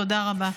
תודה רבה.